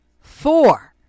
four